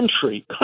country